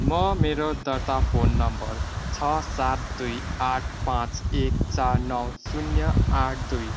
म मेरो दर्ता फोन नम्बर छ सात दुई आठ पाँच एक चार नौ शून्य आठ दुई